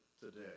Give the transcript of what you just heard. today